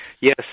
Yes